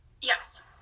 Yes